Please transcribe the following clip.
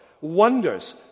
Wonders